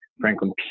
Franklin